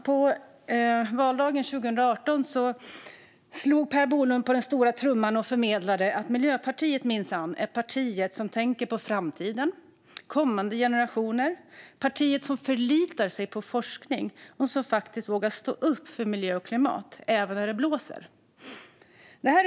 På valdagen 2018 slog Per Bolund på stora trumman och förmedlade att Miljöpartiet minsann är partiet som tänker på framtiden och på kommande generationer, partiet som förlitar sig på forskning och som faktiskt vågar stå upp för miljö och klimat, även när det blåser.